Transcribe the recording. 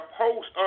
post